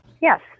Yes